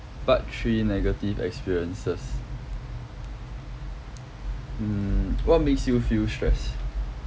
part three negative experiences mm what makes you feel stress